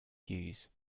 hughes